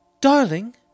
Darling